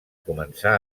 començar